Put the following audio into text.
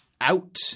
out